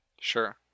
Sure